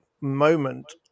moment